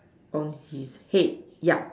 on his head yeah